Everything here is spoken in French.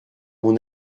mon